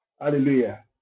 hallelujah